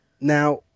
Now